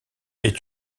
est